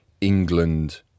England